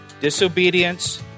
disobedience